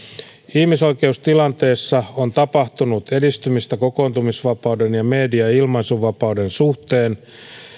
ihmisoikeustilanteessa on tapahtunut edistymistä kokoontumisvapauden ja media ja ilmaisunvapauden suhteen